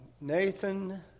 Nathan